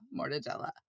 mortadella